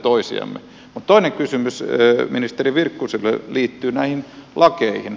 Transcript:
mutta toinen kysymys ministeri virkkuselle liittyy näihin lakeihin